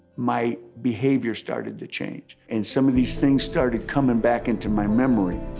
my behavior started to change. and some of these things started coming back into my memory,